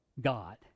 God